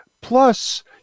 plus